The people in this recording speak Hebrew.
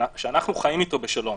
שאנחנו חיים אתו בשלום,